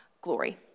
glory